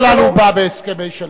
בדרך כלל הוא בא בהסכמי שלום.